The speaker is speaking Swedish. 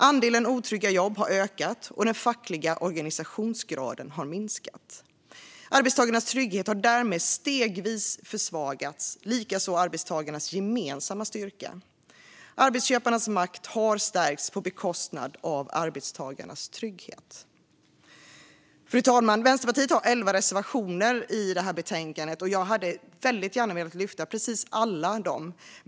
Andelen otrygga jobb har ökat, och den fackliga organisationsgraden har minskat. Arbetstagarnas trygghet har därmed stegvis försvagats, liksom arbetstagarnas gemensamma styrka. Arbetsköparnas makt har stärkts på bekostnad av arbetstagarnas trygghet. Fru talman! Vänsterpartiet har elva reservationer i detta betänkande, och jag hade väldigt gärna velat lyfta dem alla.